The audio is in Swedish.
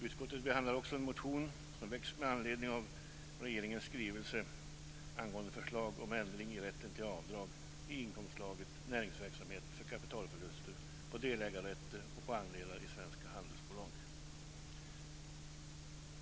Utskottet behandlar också en motion som väckts med anledning av regeringens skrivelse angående förslag om ändring i rätten till avdrag i inkomstslaget näringsverksamhet för kapitalförluster på delägarrätter och på andelar i svenska handelsbolag.